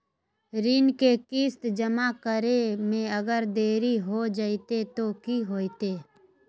ऋण के किस्त जमा करे में अगर देरी हो जैतै तो कि होतैय?